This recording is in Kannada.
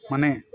ಮನೆ